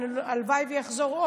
שהלוואי שיחזור,